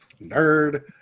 nerd